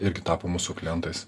irgi tapo mūsų klientais